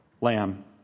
Lamb